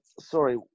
sorry